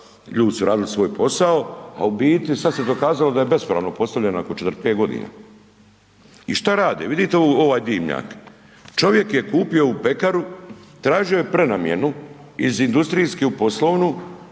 ljudi su radili svoj posao, a u biti sad se dokazalo da je bespravno postavljena .../Govornik se ne razumije./... I šta rade? Vidite ovaj dimnjak, čovjek je kupio ovu pekaru, tražio je prenamjenu iz industrijske u poslovnu,